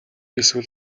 эсвэл